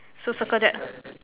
so circle that ah